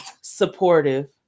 supportive